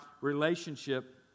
relationship